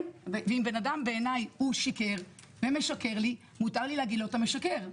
אם בן אדם שיקר בעיניי מותר לי להגיד לו "אתה משקר".